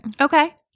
Okay